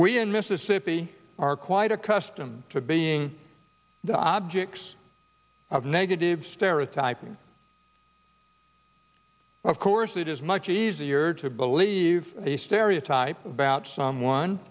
we in mississippi are quite accustomed to being the objects of negative stereotyping of course it is much easier to believe a stereotype about someone